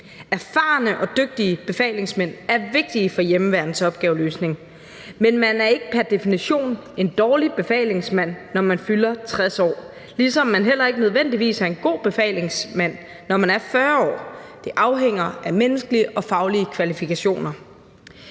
Erfarne og dygtige befalingsmænd er vigtige for hjemmeværnets opgaveløsning, men man er ikke pr. definition en dårlig befalingsmand, når man fylder 60 år, ligesom man heller ikke nødvendigvis er en god befalingsmand, når man er 40 år. Det afhænger af menneskelige og faglige kvalifikationer.